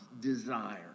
desire